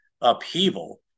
upheaval